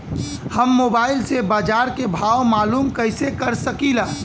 हम मोबाइल से बाजार के भाव मालूम कइसे कर सकीला?